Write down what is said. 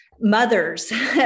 mothers